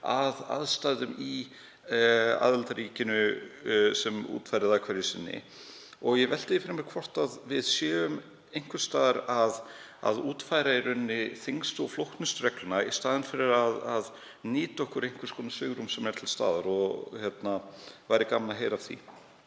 að aðstæðum í aðildarríkinu sem útfærir þær hverju sinni. Ég velti því fyrir mér hvort við séum einhvers staðar að útfæra þyngstu og flóknustu reglurnar í staðinn fyrir að nýta okkur svigrúm sem er til staðar og væri gaman að heyra af því.